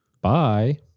Bye